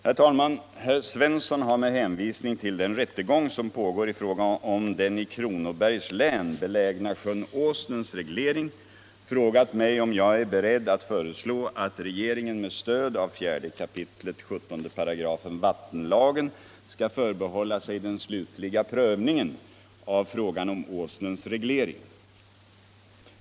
Herr talman! Herr Svensson i Malmö har med hänvisning till den rättegång som pågår i fråga om den i Kronobergs län belägna sjön Åsnens reglering frågat mig om jag är beredd att föreslå att regeringen med stöd av 4 kap. 17 35 vattenlagen skall förbehålla sig den slutliga prövningen av frågan om Åsnens reglering.